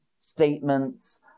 statements